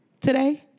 today